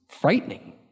frightening